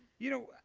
you know,